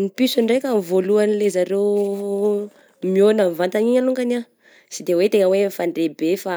Ny piso ndraika amin'ny voalohany le zareo mihoagna mivantana igny alongany ah sy de hoe tegna hoe mifandray be fa